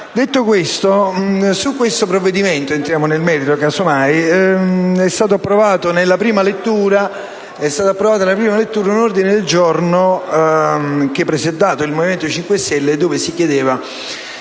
Detto questo, su questo provvedimento ‑ entrando nel merito ‑ è stato approvato in prima lettura un ordine del giorno presentato dal Movimento 5 Stelle in cui si chiedeva